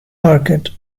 market